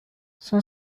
son